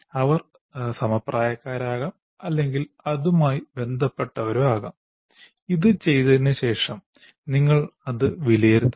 അവർ സമപ്രായക്കാരാകാം അല്ലെങ്കിൽ അതുമായി ബന്ധപെട്ടവരോ ആകാം ഇത് ചെയ്തതിന് ശേഷം നിങ്ങൾ അത് വിലയിരുത്തുന്നു